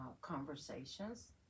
conversations